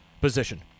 position